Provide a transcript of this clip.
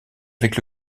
avec